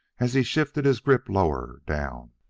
as he shifted his grip lower down.